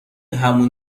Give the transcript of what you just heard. همون